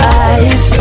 eyes